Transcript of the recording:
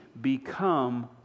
become